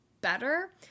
better